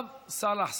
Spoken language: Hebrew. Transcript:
אחריו, סאלח סעד.